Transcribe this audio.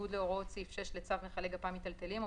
בניגוד להוראות סעיף 6 לצו מכלי גפ"מ מיטלטלים או